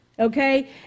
okay